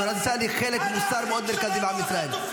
תורת ישראל היא חלק מוסרי מאוד מרכזי בעם ישראל.